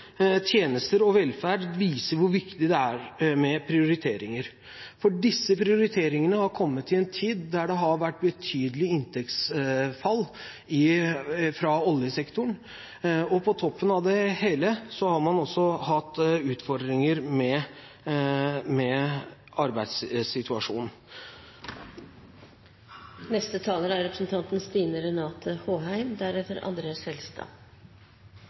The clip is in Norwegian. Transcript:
tjenester og velferd viser hvor viktig det er med prioriteringer, for disse prioriteringene har kommet i en tid da det har vært betydelig inntektsfall i oljesektoren. På toppen av det hele har man også hatt utfordringer med arbeidssituasjonen. I dag behandler vi en av de viktigste sakene for velferden til folk flest, for det er